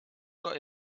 oder